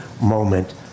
moment